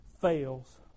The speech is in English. fails